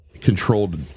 controlled